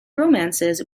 romances